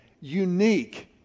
unique